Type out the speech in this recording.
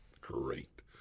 Great